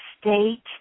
state